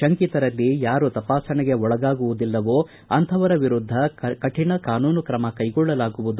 ಶಂಕಿತರಲ್ಲಿ ಯಾರು ತಪಾಸಣೆಗೆ ಒಳಗಾಗುವುದಿಲ್ಲವೋ ಅಂತಹವರ ವಿರುದ್ದ ಕರಿಣ ಕಾನೂನು ಕ್ರಮ ಕೈಗೊಳ್ಳಲಾಗುವುದು